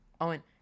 Owen